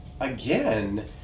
again